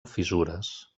fissures